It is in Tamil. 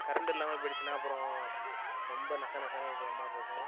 கரண்ட் இல்லாமல் போய்டுச்சின்னா அப்பறம் ரொம்ப நச நசன்னு இருக்கிற மாதிரி இருக்கும்